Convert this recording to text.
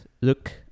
look